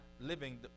living